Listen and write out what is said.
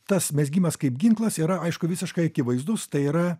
tas mezgimas kaip ginklas yra aišku visiškai akivaizdus tai yra